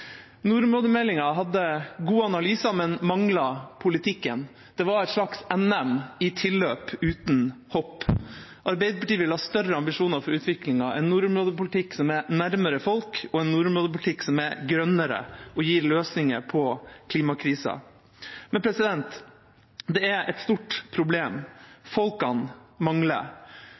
Nordområdemeldinga hadde gode analyser, men manglet politikken. Det var et slags NM i tilløp uten hopp. Arbeiderpartiet vil ha større ambisjoner for utviklingen, en nordområdepolitikk som er nærmere folk, og en nordområdepolitikk som er grønnere og gir løsninger på klimakrisa. Men det er stort problem. Folkene mangler.